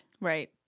Right